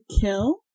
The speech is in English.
kill